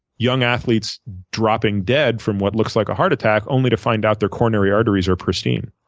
young athletes dropping dead from what looks like a heart attack only to find out their coronary arteries are pristine.